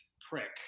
prick